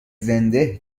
زنده